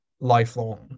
lifelong